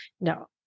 no